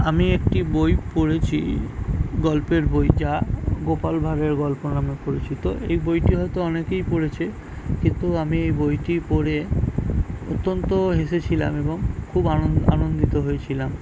আমি একটি বই পড়েছি গল্পের বই যা গোপাল ভাঁড়ের গল্প নামে পড়েছি তো এই বইটি হয়তো অনেকেই পড়েছে কিন্তু আমি এই বইটি পড়ে অত্যন্ত হেসেছিলাম এবং খুব আনন্দিত হয়েছিলাম